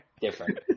Different